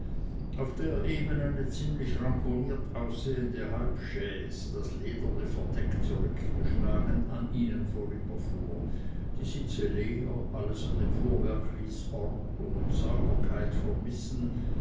auf der eben eine ziemlich ramponiert aussehende halbchaise das lederne verdeck zurückgeschlagen an ihnen vorüberfuhr die sitze leer alles an dem fuhrwerk ließ ordnung und sauberkeit vermissen